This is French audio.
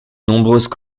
nombreuses